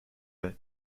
هست